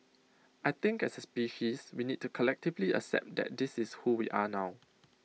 I think as A species we need to collectively accept that this is who we are now